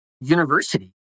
university